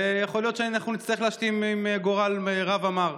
ויכול להיות שאנחנו נצטרך להשלים עם גורל רע ומר.